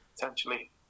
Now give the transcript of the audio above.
Potentially